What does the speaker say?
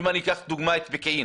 לדוגמה בפקיעין